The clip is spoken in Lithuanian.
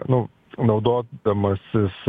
nu naudodamasis